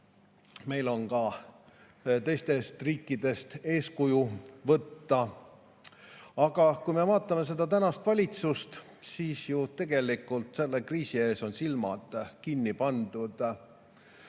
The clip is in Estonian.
võimalik ka teistest riikidest eeskuju võtta. Aga kui me vaatame tänast valitsust, siis näeme, et tegelikult selle kriisi ees on ju silmad kinni pandud.